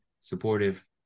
supportive